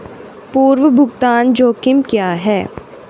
पूर्व भुगतान जोखिम क्या हैं?